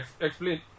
Explain